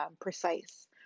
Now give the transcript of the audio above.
precise